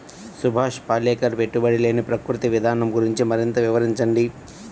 సుభాష్ పాలేకర్ పెట్టుబడి లేని ప్రకృతి విధానం గురించి మరింత వివరించండి